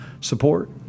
support